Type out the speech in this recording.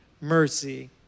mercy